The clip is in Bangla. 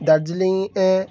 দার্জিলিংয়ের